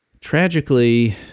tragically